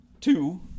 Two